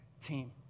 team